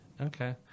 Okay